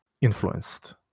influenced